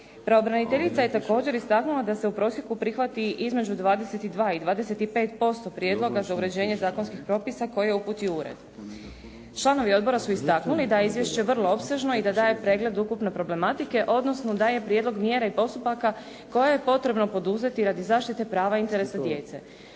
Pravobraniteljica je također istaknula da se u prosjeku prihvati između 22 i 25% prijedloga za uređenje zakonskih propisa koje uputi ured. Članovi odbora su istaknuli da je izvješće vrlo opsežno i da daje pregled ukupne problematike, odnosno da je prijedlog mjera i postupaka koje je potrebno poduzeti radi zaštite prava interesa djece.